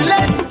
Let